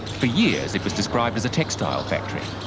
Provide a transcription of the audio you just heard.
for years, it was described as a textile factory,